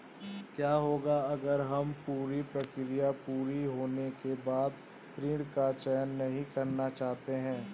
क्या होगा अगर हम पूरी प्रक्रिया पूरी होने के बाद ऋण का चयन नहीं करना चाहते हैं?